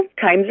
times